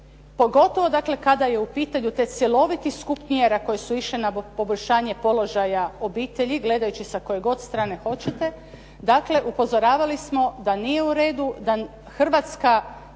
pogotovo dakle kada je u pitanju taj cjeloviti skup mjera koji su išle na poboljšanje položaja obitelji gledajući sa koje god strane hoćete, dakle upozoravali smo da nije uredu, da Hrvatska